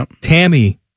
Tammy